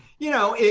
you know,